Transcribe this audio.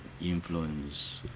influence